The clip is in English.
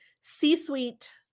c-suite